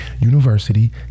University